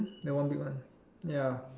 and one big one ya